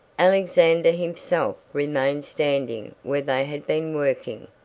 alexander himself remained standing where they had been working,